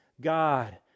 God